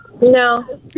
No